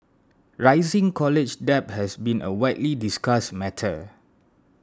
rising college debt has been a widely discussed matter